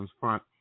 front